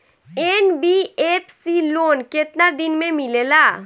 NBFC loan केतना दिन मे मिलेला?